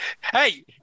Hey